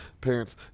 parents